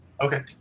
Okay